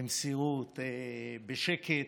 במסירות, בשקט.